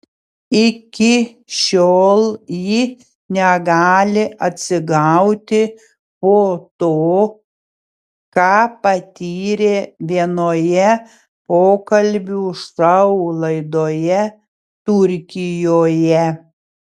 iki šiol ji negali atsigauti po to ką patyrė vienoje pokalbių šou laidoje turkijoje